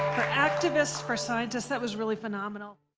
for activists, for scientists. that was really phenomenal.